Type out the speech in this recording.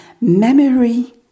memory